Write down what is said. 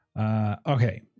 Okay